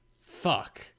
Fuck